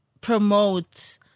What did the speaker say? promote